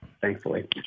Thankfully